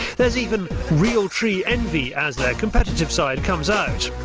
there is even realtree envy as their competitive side comes out.